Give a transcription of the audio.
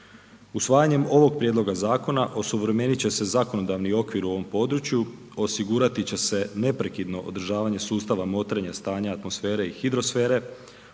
Usvajanjem ovog prijedloga zakona osuvremenit će se zakonodavni okvir u ovo području, osigurati će se neprekidno održavanje sustava motrenja stanja atmosfere i hidrosfere,